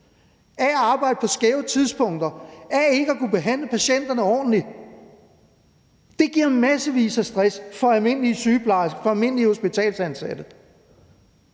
af at arbejde på skæve tidspunkter, af ikke at kunne behandle patienterne ordentligt. Det giver massevis af stress for almindelige sygeplejersker, for almindelige hospitalsansatte.